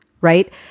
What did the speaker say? right